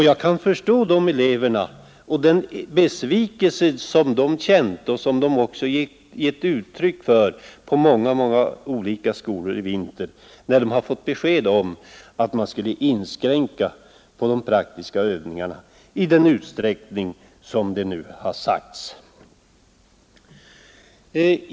Jag kan förstå dessa elever och den besvikelse de känt och som de också gett uttryck för på många olika skolor i vinter, när de fått besked om att man skulle inskränka på de praktiska övningarna i den utsträckning som det nu har sagts.